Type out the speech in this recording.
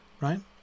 right